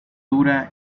dura